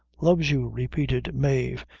loves you, repeated mave,